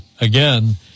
again